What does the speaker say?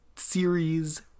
series